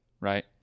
Right